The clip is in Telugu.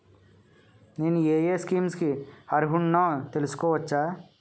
నేను యే యే స్కీమ్స్ కి అర్హుడినో తెలుసుకోవచ్చా?